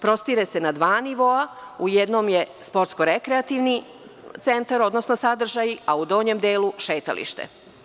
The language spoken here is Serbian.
Prostire se na dva nivoa, u jednom je sportsko-rekreativni centar, odnosno sadržaj, a u donjem delu šetalište.